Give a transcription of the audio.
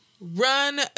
run